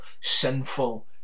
sinful